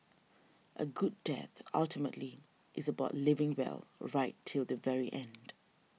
a good death ultimately is about living well right till the very end